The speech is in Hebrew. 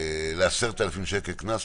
ל-10,000 שקל קנס,